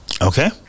Okay